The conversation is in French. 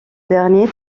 dernier